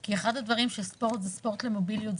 כי אחד הדברים של ספורט זה ספורט למוביליות,